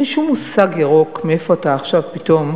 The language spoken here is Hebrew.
אין לי שום מושג ירוק מאיפה אתה עכשיו פתאום